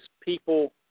people